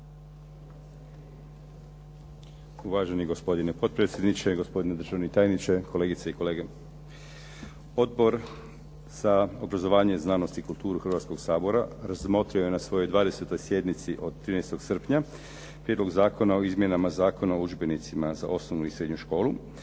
Uvaženi gospodine potpredsjedniče, gospodine državni tajniče, kolegice i kolege. Odbor za obrazovanje, znanost i kulturu Hrvatskog sabora razmotrio je na svojoj 20. sjednici od 13. srpnja Prijedlog zakona o izmjenama Zakona o udžbenicima za osnovnu i srednju školu.